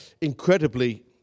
incredibly